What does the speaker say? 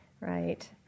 right